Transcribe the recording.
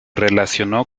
relacionó